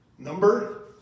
Number